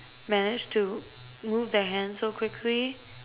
manage to move their hands so quickly